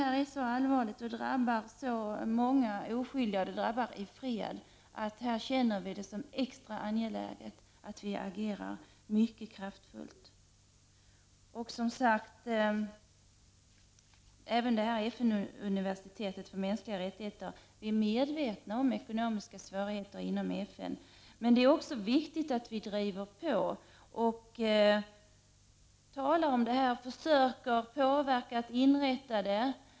Detta är så allvarligt och drabbar så många oskyldiga, även i fred, att det känns som extra angeläget att Sverige agerar kraftfullt. I fråga om FN-universitetet för mänskliga rättigheter är vi i centerpartiet medvetna om de ekonomiska svårigheterna inom FN, men det är också viktigt att Sverige driver på, talar om detta och försöker påverka så att universitetet inrättas.